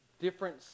different